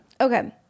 Okay